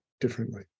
differently